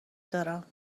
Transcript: دارم